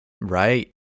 Right